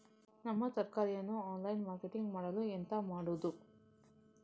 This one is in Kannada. ನಮ್ಮ ತರಕಾರಿಯನ್ನು ಆನ್ಲೈನ್ ಮಾರ್ಕೆಟಿಂಗ್ ಮಾಡಲು ಎಂತ ಮಾಡುದು?